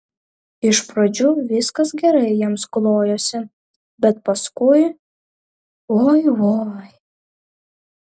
iš pradžių viskas gerai jiems klojosi bet paskui oi oi